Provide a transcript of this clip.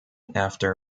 after